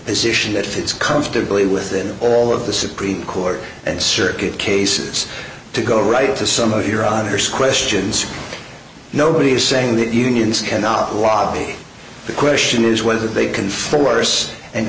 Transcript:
that fits comfortably with the all of the supreme court and circuit cases to go right to some of your honor's questions nobody is saying that unions cannot wobble the question is whether they can force and